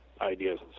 ideas